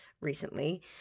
recently